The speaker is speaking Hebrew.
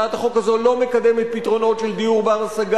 הצעת החוק הזו לא מקדמת פתרונות של דיור בר-השגה,